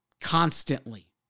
constantly